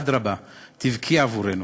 אדרבה, תבכי עבורנו.